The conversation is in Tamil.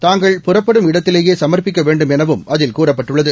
தாங்கள் புறப்படும் இடத்திலேயே சமர்ப்பிக்க வேண்டும் எனவும் அதில் கூறப்பட்டுள்ளது